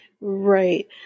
right